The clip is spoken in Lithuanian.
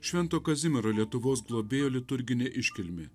švento kazimiero lietuvos globėjo liturginė iškilmė